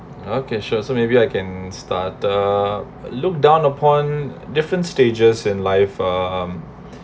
okay sure so maybe I can start uh look down upon different stages in life um